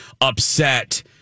upset